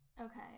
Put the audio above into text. Okay